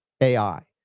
AI